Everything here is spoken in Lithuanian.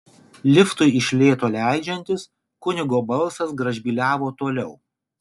liftui iš lėto leidžiantis kunigo balsas gražbyliavo toliau